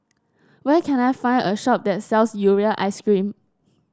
where can I find a shop that sells Urea ice cream